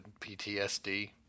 PTSD